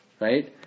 right